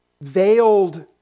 veiled